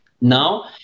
Now